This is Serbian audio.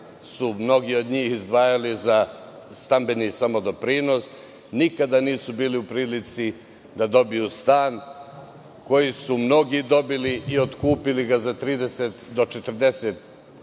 su mnogi od njih izdvajali za stambeni samodoprinos, nikada nisu bili u prilici da dobiju stan koje su mnogi dobili i otkupili ga za 30 do 40 evra.